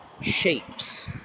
shapes